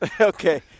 Okay